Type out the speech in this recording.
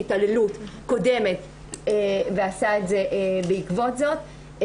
התעללות קודמת ועשה את זה בעקבות זאת.